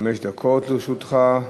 חמש דקות לרשותך.